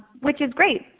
which is great,